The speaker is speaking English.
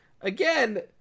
again